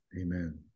Amen